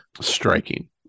striking